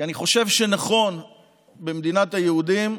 כי אני חושב שנכון שבמדינת היהודים,